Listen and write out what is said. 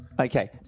Okay